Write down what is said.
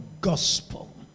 gospel